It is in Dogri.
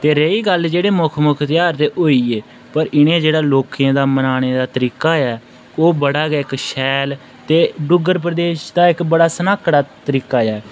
ते रेही गल्ल जेह्ड़े मुक्ख मुक्ख ध्यार ते होई गे पर इ'नें जेह्ड़ा लोकें दा मनाने दा तरीका ऐ ओह् बड़ा गै इक शैल ते डुग्गर प्रदेश दा इक बड़ा सनाह्कड़ा तरीका ऐ